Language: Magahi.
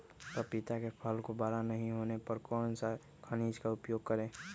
पपीता के फल को बड़ा नहीं होने पर कौन सा खनिज का उपयोग करें?